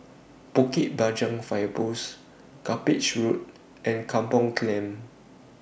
Bukit Panjang Fire Post Cuppage Road and Kampung Clam